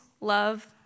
love